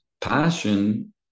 passion